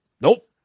Nope